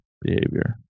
behavior